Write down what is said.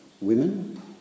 women